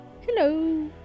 Hello